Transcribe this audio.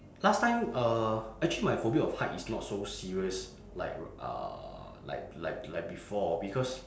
last time uh actually my phobia of height is not so serious like uh like like like before because